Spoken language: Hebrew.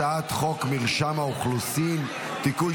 הצעת חוק מרשם האוכלוסין (תיקון,